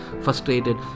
frustrated